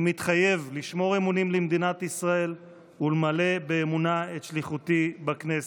אני מתחייב לשמור אמונים למדינת ישראל ולמלא באמונה את שליחותי בכנסת.